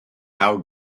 how